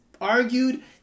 argued